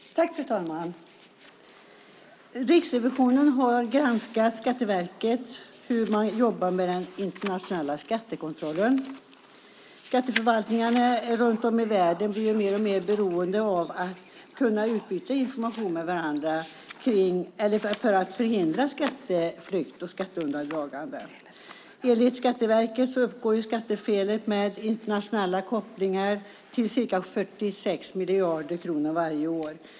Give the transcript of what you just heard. Fru talman! Riksrevisionen har granskat hur Skatteverket jobbar med den internationella skattekontrollen. Skatteförvaltningar runt om i världen blir mer och mer beroende av att kunna utbyta information med varandra för att förhindra skatteflykt och skatteundandragande. Enligt Skatteverket uppgår skattefelet med internationella kopplingar till ca 46 miljarder kronor varje år.